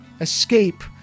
escape